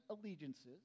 allegiances